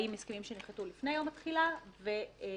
האם על הסכמים שלפני יום התחילה או אחריו.